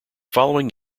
following